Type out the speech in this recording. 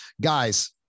guys